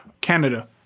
Canada